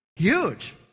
huge